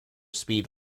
speed